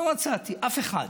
לא מצאתי אף אחד.